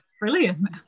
brilliant